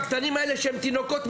הקטנים האלה כשהם תינוקות,